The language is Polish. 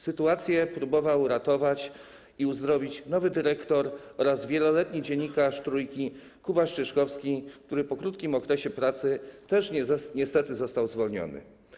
Sytuację próbował ratować i uzdrowić nowy dyrektor oraz wieloletni dziennikarz Trójki Kuba Strzyczkowski, który po krótkim okresie pracy też niestety został zwolniony.